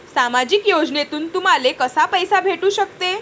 सामाजिक योजनेतून तुम्हाले कसा पैसा भेटू सकते?